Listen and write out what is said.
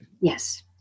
Yes